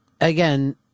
again